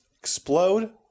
explode